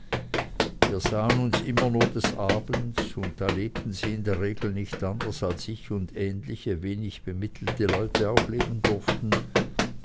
wir sahen uns immer nur des abends und da lebten sie in der regel nicht anders als ich und ähnliche wenig bemittelte leute auch leben durften